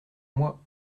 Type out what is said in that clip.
moi